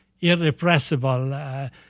irrepressible